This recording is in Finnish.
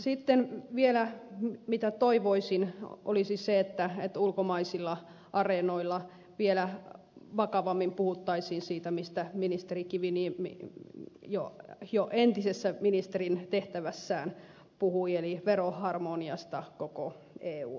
sitten vielä mitä toivoisin olisi se että ulkomaisilla areenoilla vielä vakavammin puhuttaisiin siitä mistä ministeri kiviniemi jo entisessä ministerin tehtävässään puhui eli veroharmoniasta koko eun alueella